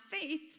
faith